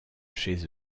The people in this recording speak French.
chez